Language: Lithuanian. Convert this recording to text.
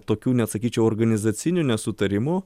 tokių net sakyčiau organizacinių nesutarimų